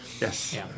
Yes